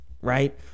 Right